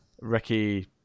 Ricky